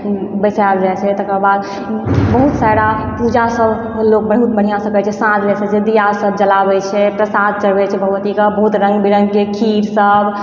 बैसायल जाइ छै तकर बाद बहुत सारा पूजा सब लोक बहुत बढ़िऑं सॅं करै छै साँझ होइ छै दिया सब जलाबै छै प्रसाद चढ़ाबै छै भगवतीके बहुत रंग बिरंगके खीर सब